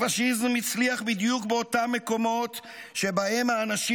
הפשיזם הצליח בדיוק באותם מקומות שבהם האנשים